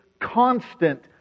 constant